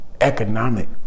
economic